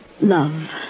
Love